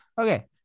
Okay